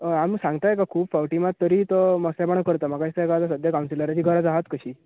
आमी सांगता तेका खूब फावटीं मात तरीय तो मस्तेपणां करता म्हाका दिसता तेका आतां सद्या कावन्सिलराची गरज आहात कशी